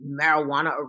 marijuana